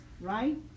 right